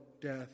death